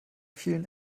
vielen